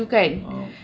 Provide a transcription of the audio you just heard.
a'ah